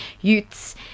youths